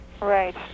Right